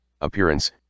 Appearance